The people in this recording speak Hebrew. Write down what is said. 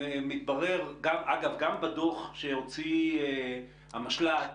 מתברר אגב, גם בדוח שהוציא המשל"ט,